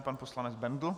Pan poslanec Bendl.